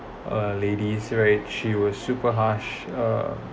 a lady right she was super harsh uh